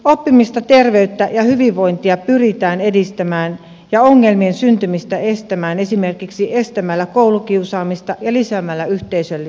oppimista terveyttä ja hyvinvointia pyritään edistämään ja ongelmien syntymistä estämään esimerkiksi estämällä koulukiusaamista ja lisäämällä yhteisöllisyyttä